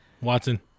Watson